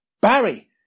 Barry